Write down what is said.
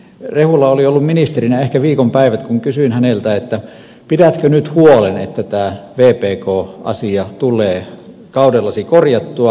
rehula oli ollut ministerinä ehkä viikon päivät kun kysyin häneltä pidätkö nyt huolen että tämä vpk asia tulee kaudellasi korjattua